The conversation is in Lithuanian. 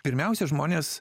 pirmiausia žmonės